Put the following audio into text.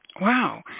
wow